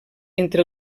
entre